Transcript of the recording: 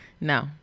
no